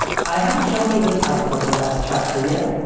i haven't shown you the title of the last chapter yet.